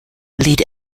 lead